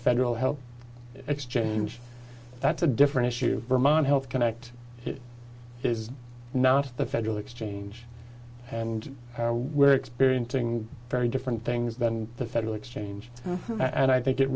federal health exchange that's a different issue vermont health connect it is not the federal exchange and now we're experiencing very different things that the federal exchange and i think it